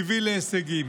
והביא להישגים.